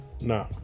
Nah